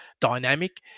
dynamic